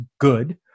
good